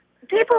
People